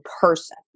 person